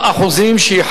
בבקשה, אדוני.